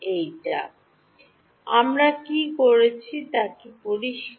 এইটা আমরা কী করেছি তা কি পরিষ্কার